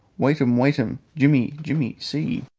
waitum, waitum! jimmy jimmy see!